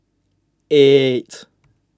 eight